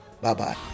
Bye-bye